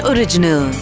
Original